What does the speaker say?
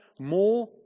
more